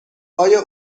آیا